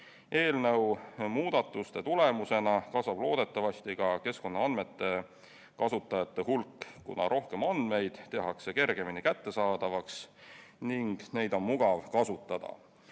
Eelnõu muudatuste tulemusena kasvab loodetavasti ka keskkonnaandmete kasutajate hulk, kuna rohkem andmeid tehakse kergemini kättesaadavaks ning neid on mugav kasutada.